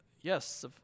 yes